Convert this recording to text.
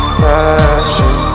passion